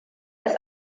als